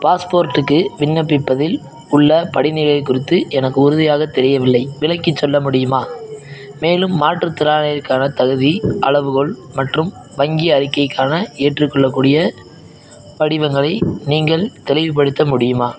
பாஸ்போர்ட்டுக்கு விண்ணப்பிப்பதில் உள்ள படிநிலை குறித்து எனக்கு உறுதியாக தெரியவில்லை விளக்கிச் சொல்ல முடியுமா மேலும் மாற்றுத்திறாளிகளுக்கான தகுதி அளவுகோல் மற்றும் வங்கி அறிக்கைக்கான ஏற்றுக்கொள்ளக்கூடிய படிவங்களை நீங்கள் தெளிவுபடுத்த முடியுமா